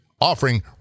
offering